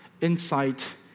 insight